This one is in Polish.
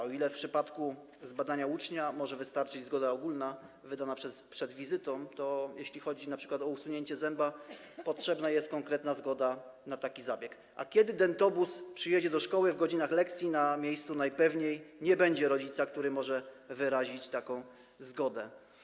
O ile w przypadku zbadania ucznia może wystarczyć zgoda ogólna wydana przed wizytą, o tyle jeśli chodzi np. o usunięcie zęba, potrzebna jest konkretna zgoda na taki zabieg, a kiedy dentobus przyjedzie do szkoły w godzinach lekcji, na miejscu najpewniej nie będzie rodzica, który może wyrazić taką zgodę.